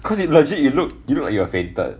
cause you legit you look you look like you have fainted